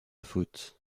faute